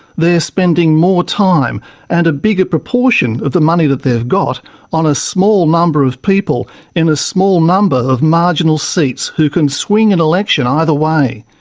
they're spending more time and a bigger proportion of the money that they've got on a small number of people in a small number of marginal seats who can swing and election either way.